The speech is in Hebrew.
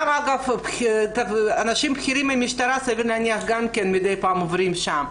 גם אנשים בכירים מהמשטרה סביר להניח שמדי פעם עוברים שם.